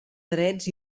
drets